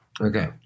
Okay